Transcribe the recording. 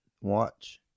watch